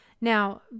Now